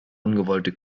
ungewollte